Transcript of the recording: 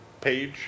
page